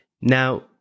Now